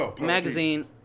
magazine